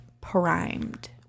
primed